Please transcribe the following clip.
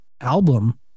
album